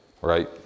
right